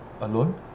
alone